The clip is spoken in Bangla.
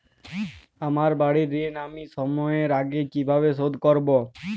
আমার বাড়ীর ঋণ আমি সময়ের আগেই কিভাবে শোধ করবো?